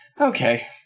Okay